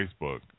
Facebook